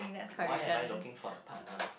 why am I looking for a partner